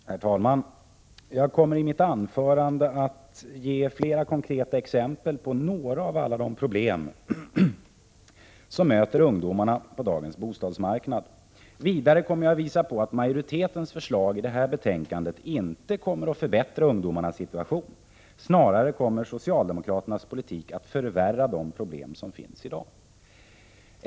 Herr talman! Jag kommer i mitt anförande att ge flera konkreta exempel på några av alla de problem som möter ungdomarna på dagens bostadsmarknad. Vidare kommer jag att visa att majoritetens förslag i detta betänkande inte kommer att förbättra ungdomarnas situation. Snarare kommer socialdemokraternas politik att förvärra de problem som finns i dag.